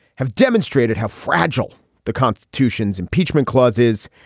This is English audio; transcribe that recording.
have demonstrated how fragile the constitution's impeachment clause is.